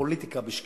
הפוליטיקה בשקיעה,